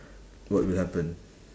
what will happen